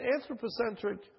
anthropocentric